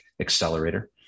accelerator